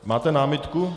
Máte námitku?